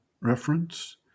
Reference